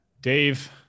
Dave